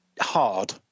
hard